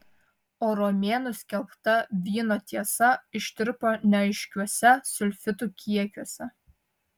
o romėnų skelbta vyno tiesa ištirpo neaiškiuose sulfitų kiekiuose